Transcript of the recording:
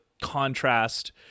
contrast